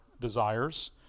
desires